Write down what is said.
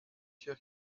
sûr